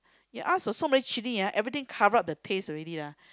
you ask for so many chilli ah everything cover up the taste already lah